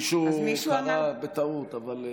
מישהו קרא בטעות.